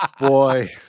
Boy